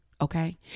Okay